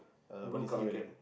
blue color cap